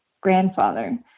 grandfather